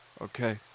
Okay